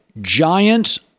Giants